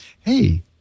Hey